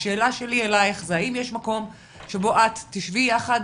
השאלה שלי אלייך היא אם יש מקום שבו את תשבי יחד